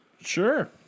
Sure